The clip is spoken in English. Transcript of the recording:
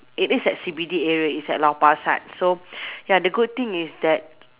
it is at C_B_D area it's at Lau-Pa-Sat so ya the good thing is that